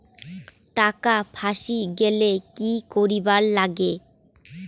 টাকা ফাঁসি গেলে কি করিবার লাগে?